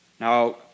Now